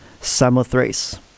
Samothrace